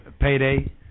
payday